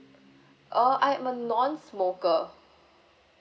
err I'm a non-smoker